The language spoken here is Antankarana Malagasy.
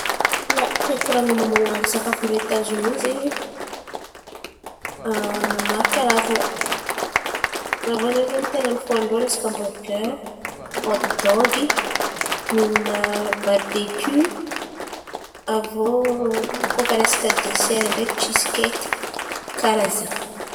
Ia, koa hikoran̈a momba momba sakafon-drô Etazonia zen̈y maro karazan̈a irô zen̈y ten̈a fahanin-drô resaka ambarogera, ôtidôgy, mihin̈a baribeky. Avô koa fa resaka desera ndreky bisikety karà zen̈y.